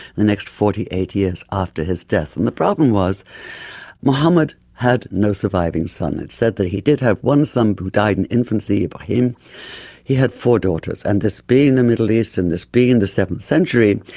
the next forty eight years after his death. and the problem was muhammad had no surviving sons. it said that he did have one son who died in infancy, ibrahim, he had four daughters. and this being in the middle east and this being in the seventh century,